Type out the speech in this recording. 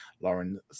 Lauren